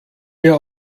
mir